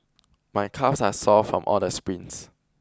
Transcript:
my calves are sore from all the sprints